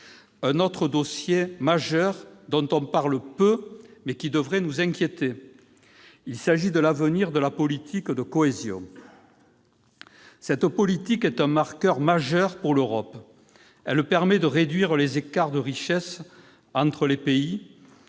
mes chers collègues. On en parle peu, mais il devrait nous inquiéter : il s'agit de l'avenir de la politique de cohésion. Cette politique est un marqueur fondamental pour l'Europe, car elle permet de réduire les écarts de richesse entre les pays